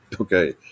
Okay